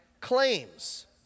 claims